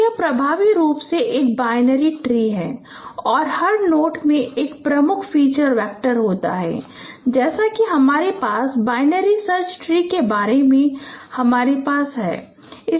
तो यह प्रभावी रूप से एक बाइनरी ट्री है और हर नोड में एक प्रमुख फीचर वेक्टर होता है जैसे कि हमारे पास बाइनरी सर्च ट्री के बारे में हमारे पास क्या है